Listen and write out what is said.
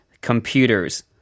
computers